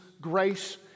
grace